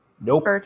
Nope